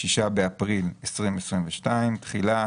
(6 באפריל 2022)". תחילה2.